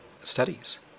studies